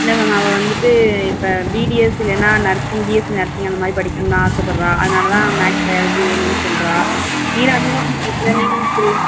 இல்லை மேம் அவள் வந்துவிட்டு இப்போ பிடிஎஸ் இல்லைன்னா நர்சிங் பிஎஸ்சி நர்சிங் அந்த மாதிரி படிக்கணுன் ஆசைப்படுறா அதனால தான் மேக்ஸ் பையாலஜி வேணுன்னு சொல்லுறா நீடா நீடாமங்கலத்தில்